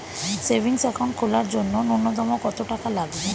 Savings account খোলার জন্য নূন্যতম কত টাকা লাগবে?